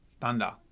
thunder